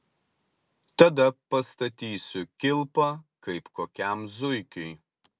tada pastatysiu kilpą kaip kokiam zuikiui